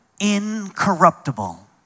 incorruptible